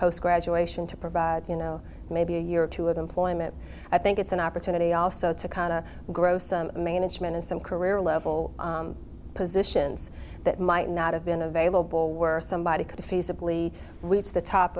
post graduation to provide you know maybe a year or two of employment i think it's an opportunity also to grow some management in some career level positions that might not have been available where somebody could feasibly which the top